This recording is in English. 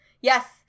yes